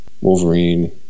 Wolverine